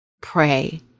pray